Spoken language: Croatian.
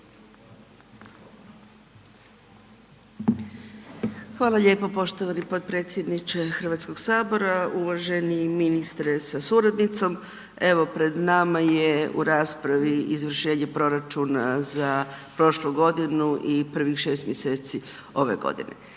Hvala lijepo poštovani potpredsjedniče HS-a, uvaženi ministre sa suradnicom, evo pred nama je u raspravi izvršenje proračuna za prošlu godinu i prvih 6 mj. ove godine.